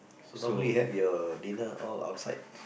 so normally have your dinner all outside